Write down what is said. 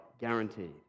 guaranteed